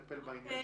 בבקשה.